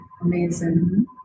amazing